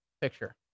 picture